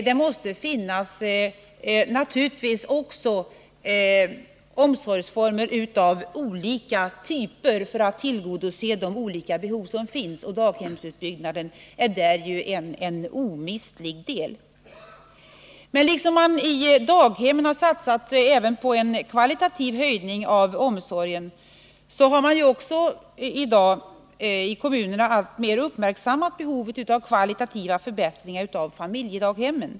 Det måste naturligtvis finnas omsorgsformer av olika typ för att tillgodose de olika behov som finns. Daghemmen utgör här en omistlig del. Men liksom man i daghemmen har satsat på en kvalitativ höjning av omsorgen så har man i dag i kommunerna också alltmer uppmärksammat behovet av kvalitativa förbättringar av familjedaghemmen.